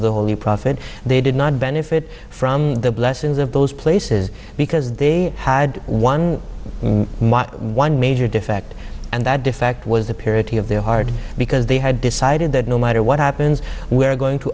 holy prophet they did not benefit from the blessings of those places because they had one one major defect and that defect was a period of their heart because they had decided that no matter what happens we are going to